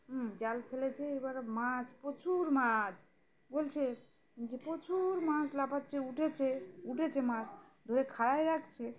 হুম জাল ফেলেছে এবার মাছ প্রচুর মাছ বলছে যে প্রচুর মাছ লাফাচ্ছে উঠেছে উঠেছে মাছ ধরে খারাই রাখছে